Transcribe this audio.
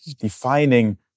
defining